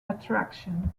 attraction